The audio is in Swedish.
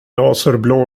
azurblå